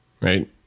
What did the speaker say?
Right